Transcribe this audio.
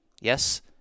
Yes